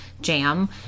jam